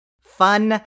fun